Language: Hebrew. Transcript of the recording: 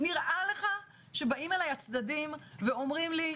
נראה לך שבאים אליי הצדדים ואומרים לי,